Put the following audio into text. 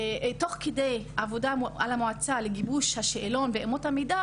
תוך כדי העבודה במועצה לגיבוש השאלון ואמות המידה